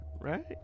right